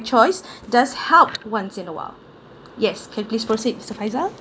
choice does helped once in a while yes can please proceed mister faizal